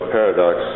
paradox